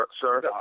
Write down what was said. sir